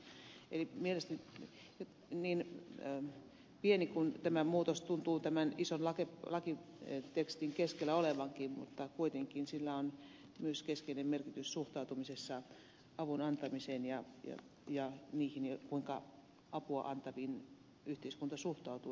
mielestäni niin pieni kuin tämä muutos tuntuu tämän ison lakitekstin keskellä olevankin kuitenkin sillä on myös keskeinen merkitys suhtautumisessa avun antamiseen ja siihen kuinka apua antaviin yhteiskunta suhtautuu